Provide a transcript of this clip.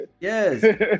Yes